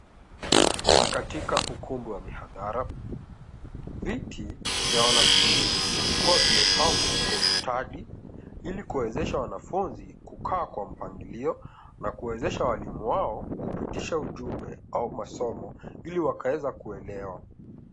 Ni katika ukumbi wa mihadhara, viti vya wanafunzi huwa vimepangwa kwa ustadi ili kuezesha wanafunzi kukaa kwa mpangilio na kuwezesha walimu wao kupitisha ujumbe au masomo ili wakaeza kuelewa.